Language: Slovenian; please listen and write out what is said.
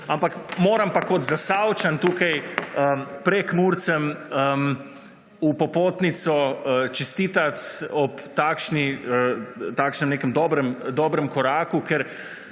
ampak moram pa kot Zasavčan tukaj Prekmurcem v popotnico čestitat ob takšnem nekem dobrem koraku, ker,